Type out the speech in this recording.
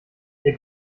der